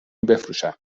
بفروشن